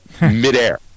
midair